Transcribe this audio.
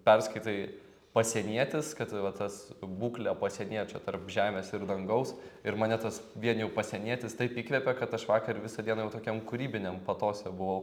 perskaitai pasienietis kad va tas būklė pasieniečio tarp žemės ir dangaus ir mane tas vien jau pasienietis taip įkvepia kad aš vakar visą dieną jau tokiam kūrybiniam patose buvau